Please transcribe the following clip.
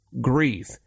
grief